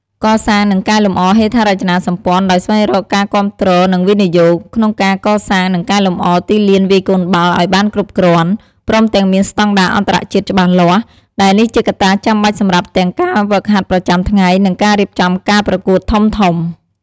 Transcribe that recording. កសាង និងកែលម្អហេដ្ឋារចនាសម្ព័ន្ធ ដោយស្វែងរកការគាំទ្រនិងវិនិយោគ ក្នុងការកសាងនិងកែលម្អទីលានវាយកូនបាល់ឱ្យបានគ្រប់គ្រាន់ ព្រមទាំងមានស្តង់ដារអន្តរជាតិច្បាស់លាស់ ដែលនេះជាកត្តាចាំបាច់សម្រាប់ទាំងការហ្វឹកហាត់ប្រចាំថ្ងៃ និងការរៀបចំការប្រកួតធំៗ។